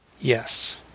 Yes